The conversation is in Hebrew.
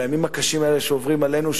בימים הקשים האלה שעוברים עלינו,